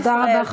תודה רבה.